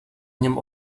něm